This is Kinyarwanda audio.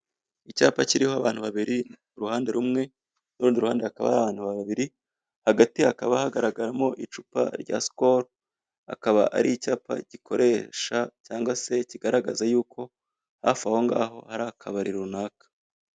Icyapa kiriho abantu babiri. Ku ruhande rumwe n'urundi ruhande hakaba hari abantu babiri. Hagati hakaba hagargaramo icupa rya sikoru, akaba ari icyapa gikoresha yangwa se kigaragaza yuko hafi aho ngaho hari akabari runaka.